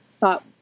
thought